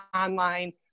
online